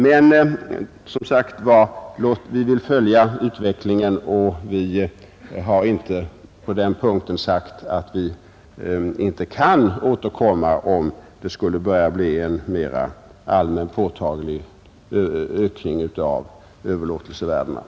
Men som sagt: Vi vill följa utvecklingen och vi har 15 april 1971 inte på den punkten sagt att vi inte kan återkomma om det skulle börja bli en mera allmän påtaglig ökning av överlåtelsevärdena.